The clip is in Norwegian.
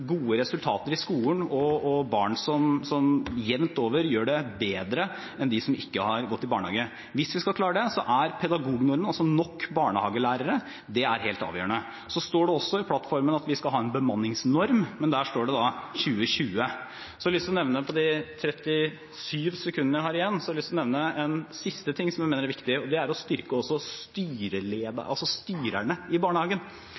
gode resultater i skolen og i barn som jevnt over gjør det bedre enn dem som ikke har gått i barnehage. Hvis vi skal klare det, er pedagognormen, altså nok barnehagelærere, helt avgjørende. Det står også i plattformen at vi skal ha en bemanningsnorm, men der står det 2020. På de 37 sekundene jeg har igjen har jeg lyst til å nevne en siste ting som jeg mener er viktig, og det er å styrke styrerne i barnehagene. Vi må begynne å tenke på barnehagen